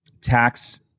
tax